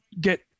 get